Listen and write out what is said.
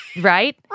Right